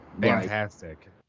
fantastic